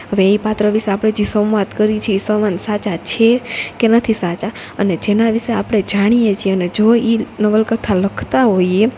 હવે ઈ પાત્ર વિશે આપડે જી સંવાદ કરી છી ઈ સંવાદ સાચા છે કે નથી સાચા અને જેના વિશે આપડે જાણીએ છીએ અને જો ઈ નવલકથા લખતા હોઈએ